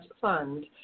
fund